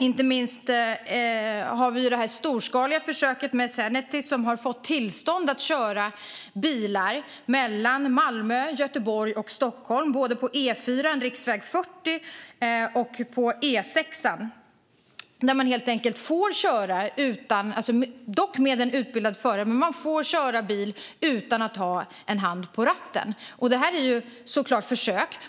Inte minst har vi det storskaliga försöket Zenuity, där man har fått tillstånd att köra bilar mellan Malmö, Göteborg och Stockholm på E4:an, på riksväg 40 och på E6:an utan att ha en hand på ratten, dock med en utbildad förare. Detta är såklart försök.